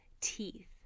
teeth